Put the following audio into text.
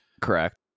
correct